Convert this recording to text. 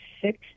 six